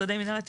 (המסומן לפי תכנית 209-0263913 בקנה מידה 1:2,500),